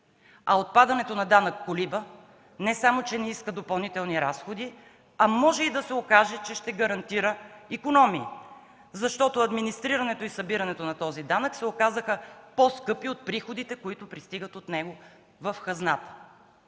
г. Отпадането на данък „Колиба” не само че не иска допълнителни разходи, а може и да се окаже, че ще гарантира икономии, защото администрирането и събирането на този данък се оказаха по-скъпи от приходите, които постъпват от него в хазната.